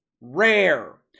Rare